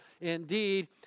indeed